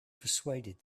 persuaded